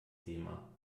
thema